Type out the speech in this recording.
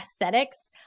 aesthetics